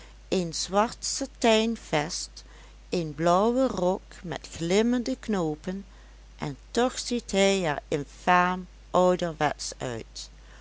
een zwart satijn vest een blauwe rok met glimmende knoopen en toch ziet hij er infaam ouderwetsch uit